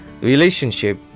relationship